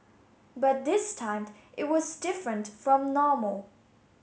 but this time it was different from normal